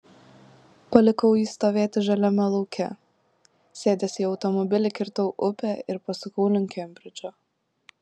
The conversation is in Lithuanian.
palikau jį stovėti žaliame lauke sėdęs į automobilį kirtau upę ir pasukau link kembridžo